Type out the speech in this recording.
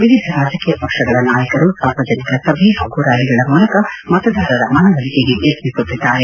ವಿವಿಧ ರಾಜಕೀಯ ಪಕ್ಷಗಳ ನಾಯಕರು ಸಾರ್ವಜನಿಕ ಸಭೆ ಹಾಗೂ ರ್ನಾಲಿಗಳ ಮೂಲಕ ಮತದಾರರ ಮನ ಒಲಿಕೆಗೆ ಯತ್ನಿಸುತ್ತಿದ್ದಾರೆ